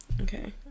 Okay